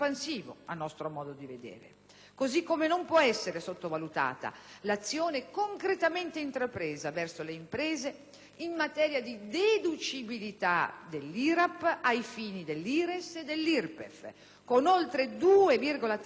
Così come non può essere sottovalutata l'azione concretamente intrapresa verso le imprese in materia di deducibilità dell'IRAP, ai fini dell'IRES e dell'IRPEF, con oltre 2,3 miliardi di euro nel triennio;